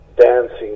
dancing